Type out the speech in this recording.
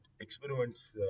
experiments